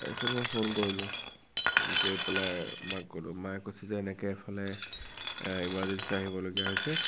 তাৰপিছত মই ফোন কৰিলো ফোন কৰি পেলাই মাক ক'লো মায়ে কৈছে যে এনেকে এফালে ইমাৰ্জিঞ্চি আহিবলগীয়া হৈছে